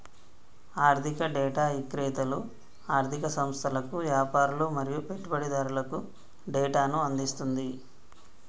ఆర్ధిక డేటా ఇక్రేతలు ఆర్ధిక సంస్థలకు, యాపారులు మరియు పెట్టుబడిదారులకు డేటాను అందిస్తుంది